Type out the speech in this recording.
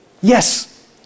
Yes